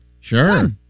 Sure